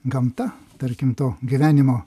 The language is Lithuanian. gamta tarkim to gyvenimo